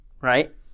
right